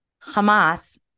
Hamas